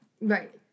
Right